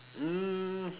um